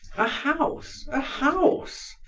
a house! a house!